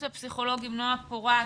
הפסיכולוגית, נועה פורת.